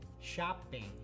Shopping